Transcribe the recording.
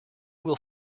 will